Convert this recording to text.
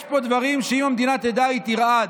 יש פה דברים שאם המדינה תדע היא תרעד.